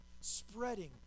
Spreading